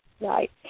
right